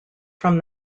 from